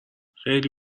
خیلی